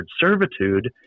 servitude